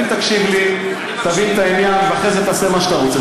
אם תקשיב לי תבין את העניין ואחרי זה תעשה מה שאתה רוצה.